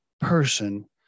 person